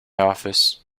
office